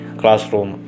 classroom